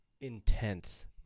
intense